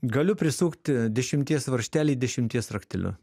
galiu prisukti dešimties varžtelį dešimties rakteliu